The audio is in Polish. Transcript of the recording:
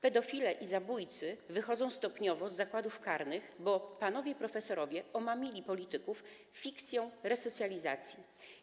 Pedofile i zabójcy wychodzą stopniowo z zakładów karnych, bo panowie profesorowie omamili polityków fikcją resocjalizacji.